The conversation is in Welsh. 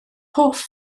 hoff